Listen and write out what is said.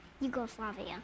Yugoslavia